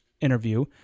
interview